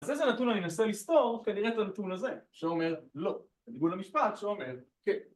אז איזה נתון אני אנסה לסתור? כנראה את הנתון הזה שאומר לא לדיבור למשפט שאומר כן